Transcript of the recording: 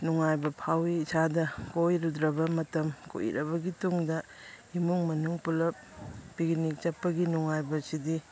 ꯅꯨꯡꯉꯥꯏꯕ ꯐꯥꯎꯏ ꯏꯁꯥꯗ ꯀꯣꯏꯔꯨꯗ꯭ꯔꯕ ꯃꯇꯝ ꯀꯨꯏꯔꯕꯒꯤ ꯇꯨꯡꯗ ꯏꯃꯨꯡ ꯃꯅꯨꯡ ꯄꯨꯂꯞ ꯄꯤꯛꯅꯤꯛ ꯆꯠꯄꯒꯤ ꯅꯨꯡꯉꯥꯏꯕꯁꯤꯗꯤ